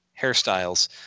hairstyles